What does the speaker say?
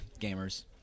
gamers